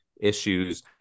issues